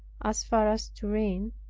as far as turin,